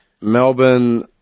Melbourne